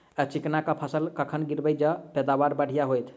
चिकना कऽ फसल कखन गिरैब जँ पैदावार बढ़िया होइत?